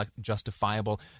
justifiable